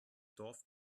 dorf